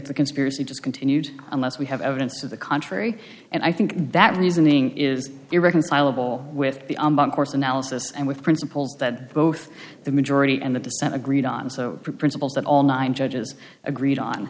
conspiracy just continues unless we have evidence to the contrary and i think that reasoning is irreconcilable with the course analysis and with principles that both the majority and the dissent agreed on so principles that all nine judges agreed on